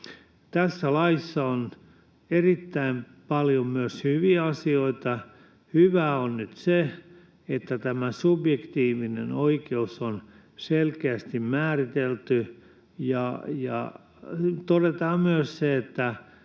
Tässä laissa on erittäin paljon myös hyviä asioita. Hyvää on nyt se, että tämä subjektiivinen oikeus on selkeästi määritelty, ja todetaan myös, että